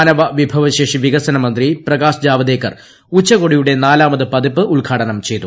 മാനവ വിഭവശേഷി വികസന മന്ത്രി പ്രകാശ് ജാവദേക്കർ ഉച്ചകോടിയുടെ നാലാമത് പതിപ്പ് ഉദ്ഘാടനം ചെയ്തു